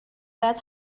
باید